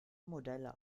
modelle